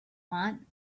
want